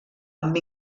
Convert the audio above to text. amb